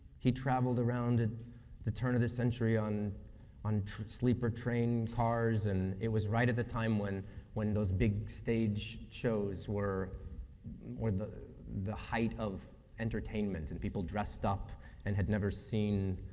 he traveled around at the turn-of-the-century on on sleeper train cars, and it was right at the time when when those big stage shows were were the the height of entertainment, and people dressed up and had never seen